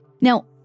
Now